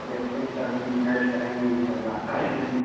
دیکھتے ہیں گھر میں گنجائش کریں گے ان شاء اللہ